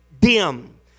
dim